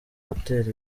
gutera